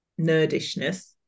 nerdishness